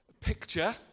picture